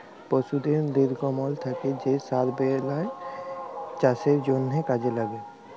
পশুদের লির্গমল থ্যাকে যে সার বেলায় চাষের জ্যনহে কাজে ল্যাগে